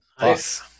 Nice